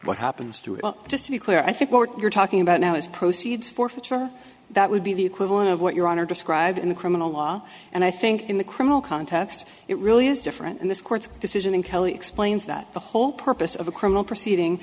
what happens to it just to be clear i think what you're talking about now is proceeds forfeiture that would be the equivalent of what your honor described in the criminal law and i think in the criminal context it really is different in this court's decision and kelly explains that the whole purpose of a criminal proceeding